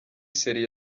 serie